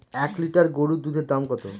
এক লিটার গরুর দুধের দাম কত?